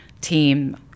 team